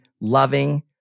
loving